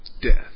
death